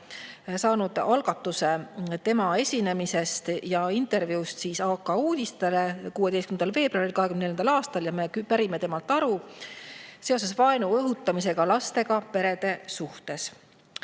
saanud algatuse tema esinemisest ja intervjuust AK uudistele 16. veebruaril 2024. aastal ja me pärime temalt aru seoses vaenu õhutamisega lastega perede suhtes.